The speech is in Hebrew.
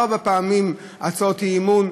ארבע פעמים אי-אמון,